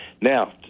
Now